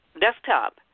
desktop